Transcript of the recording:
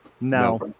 No